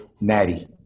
natty